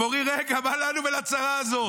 הם אומרים: רגע, מה לנו ולצרה הזאת?